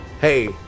hey